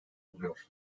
buluyor